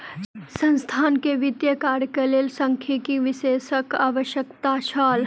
संस्थान के वित्तीय कार्य के लेल सांख्यिकी विशेषज्ञक आवश्यकता छल